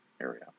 area